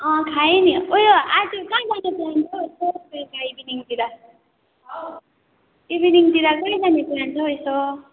खाएँ नि ऊ यो आज कहाँ जाने प्लान छ हौ यसो बेलुका इभिनिङतिर इभिनिङतिर कहाँ जाने प्लान छ हौ यसो